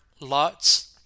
lots